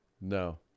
No